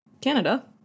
Canada